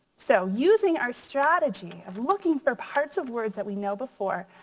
so using our strategy of looking for parts of words that we know before,